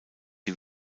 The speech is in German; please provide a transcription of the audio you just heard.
die